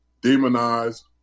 demonized